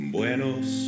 Buenos